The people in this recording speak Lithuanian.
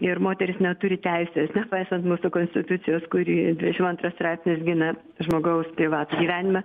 ir moteris neturi teisės nepaisant mūsų konstitucijos kuri dvidešim antras straipsnis gina žmogaus privatų gyvenimą